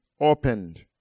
opened